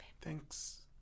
Thanks